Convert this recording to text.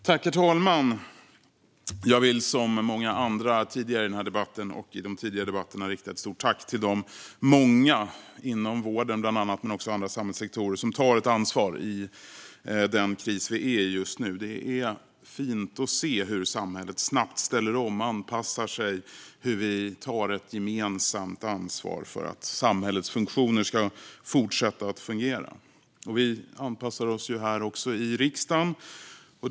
Herr talman! Jag vill som många andra har gjort tidigare i debatten rikta ett stort tack till de många inom bland annat vården men även inom andra samhällssektorer som tar ett ansvar i den kris som vi nu befinner oss i. Det är fint att se hur samhället snabbt ställer om och anpassar sig. Det är fint att se att vi tar ett gemensamt ansvar för att samhällets funktioner ska fortsätta att fungera. Även här i riksdagen anpassar vi oss.